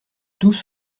tous